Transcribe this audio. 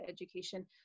education